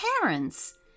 parents